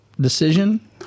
decision